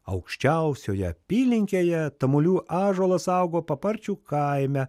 aukščiausioje apylinkėje tamulių ąžuolas augo paparčių kaime